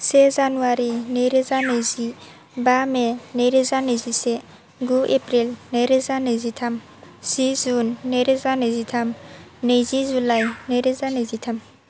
से जानुवारि नै रोजा नैजि बा मे नै रोजा नैजिसे गु एप्रिल नै रोजा नैजिथाम से जुन नै रोजा नैजिथाम नैजि जुलाइ नै रोजा नैजिथाम